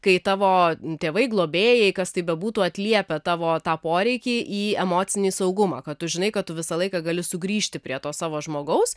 kai tavo tėvai globėjai kas tai bebūtų atliepia tavo tą poreikį į emocinį saugumą kad tu žinai kad tu visą laiką gali sugrįžti prie to savo žmogaus